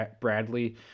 Bradley